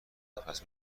نفس